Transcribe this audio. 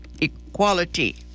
equality